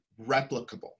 replicable